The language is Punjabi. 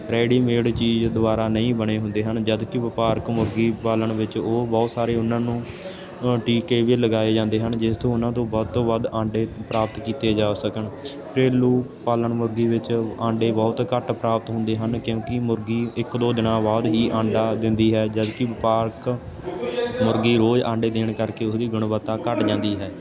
ਰੈਡੀਮੇਡ ਚੀਜ਼ ਦੁਬਾਰਾ ਨਹੀਂ ਬਣੇ ਹੁੰਦੇ ਹਨ ਜਦੋਂ ਕਿ ਵਪਾਰਕ ਮੁਰਗੀ ਪਾਲਣ ਵਿੱਚ ਉਹ ਬਹੁਤ ਸਾਰੇ ਉਹਨਾਂ ਨੂੰ ਟੀਕੇ ਵੀ ਲਗਾਏ ਜਾਂਦੇ ਹਨ ਜਿਸ ਤੋਂ ਉਹਨਾਂ ਤੋਂ ਵੱਧ ਤੋਂ ਵੱਧ ਆਂਡੇ ਪ੍ਰਾਪਤ ਕੀਤੇ ਜਾ ਸਕਣ ਘਰੇਲੂ ਪਾਲਣ ਮੁਰਗੀ ਵਿੱਚ ਆਂਡੇ ਬਹੁਤ ਘੱਟ ਪ੍ਰਾਪਤ ਹੁੰਦੇ ਹਨ ਕਿਉਂਕਿ ਮੁਰਗੀ ਇੱਕ ਦੋ ਦਿਨਾਂ ਬਾਅਦ ਹੀ ਆਂਡਾ ਦਿੰਦੀ ਹੈ ਜਦੋਂ ਕਿ ਵਪਾਰਕ ਮੁਰਗੀ ਰੋਜ਼ ਆਂਡੇ ਦੇਣ ਕਰਕੇ ਉਹਦੀ ਗੁਣਵੱਤਾ ਘੱਟ ਜਾਂਦੀ ਹੈ